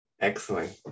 Excellent